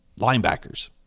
linebackers